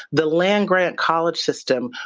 the land grant college system.